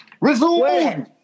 Resume